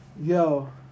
yo